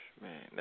Man